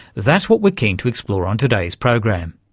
that's what we're keen to explore on today's program.